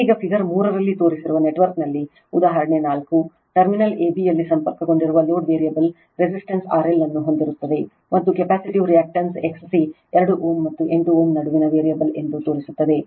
ಈಗ ಫಿಗರ್ 3 ರಲ್ಲಿ ತೋರಿಸಿರುವ ನೆಟ್ವರ್ಕ್ನಲ್ಲಿ ಉದಾಹರಣೆ 4 ಟರ್ಮಿನಲ್ AB ಯಲ್ಲಿ ಸಂಪರ್ಕಗೊಂಡಿರುವ ಲೋಡ್ ವೇರಿಯಬಲ್ ರೆಸಿಸ್ಟೆನ್ಸ್ RL ಅನ್ನು ಹೊಂದಿರುತ್ತದೆ ಮತ್ತು ಕೆಪ್ಯಾಸಿಟಿವ್ ರಿಯಾಕ್ಟನ್ಸ್ XC 2 Ω ಮತ್ತು 8 Ω ನಡುವಿನ ವೇರಿಯೇಬಲ್ ಎಂದು ತೋರಿಸುತ್ತದೆ